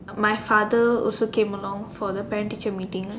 my father also came along for the parent teacher meeting